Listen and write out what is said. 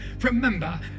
Remember